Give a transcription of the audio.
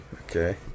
Okay